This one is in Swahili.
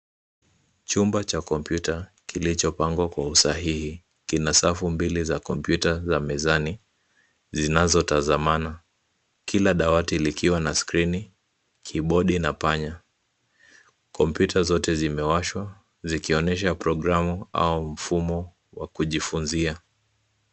Chumba cha kompyuta kilichopangwa kwa usahihi kina safu mbili za kompyuta za mezani zinazotazamana. Kila dawati likiwa na skrini, kibodi na panya. Kompyuta zote zimewashwa zikionyesha programu au mfumo wa kujifunzia.